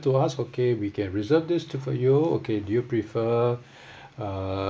to us okay we can reserve this to for you okay do you prefer uh